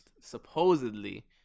supposedly